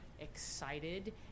excited